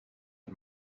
out